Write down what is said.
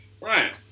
Right